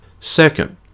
Second